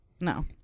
No